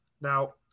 Now